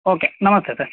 okay ನಮಸ್ತೆ sir